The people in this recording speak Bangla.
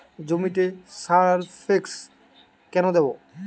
জমিতে সালফেক্স কেন দেবো?